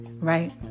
right